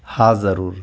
हा ज़रूरु